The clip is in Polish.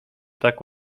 tak